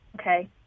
okay